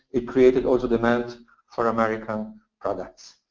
it created also demand for american products.